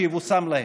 שיבושם להם.